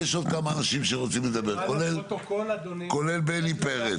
יש עוד כמה אנשים שרוצים לדבר כולל בני פרץ.